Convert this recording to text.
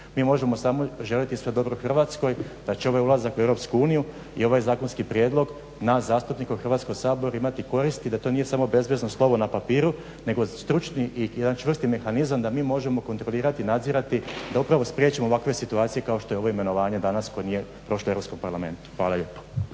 Mi možemo samo želiti sve dobro Hrvatskoj, da će ovaj ulazak u Europsku uniju i ovaj zakonski prijedlog nas zastupnike u Hrvatskom saboru imati koristi, da to nije samo bezvezno slovo na papiru nego stručni i jedan čvrsti mehanizam da mi možemo kontrolirati i nadzirati, da upravo spriječimo ovakve situacije kao što je ovo imenovanje danas koje nije prošlo u Europskom